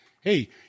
hey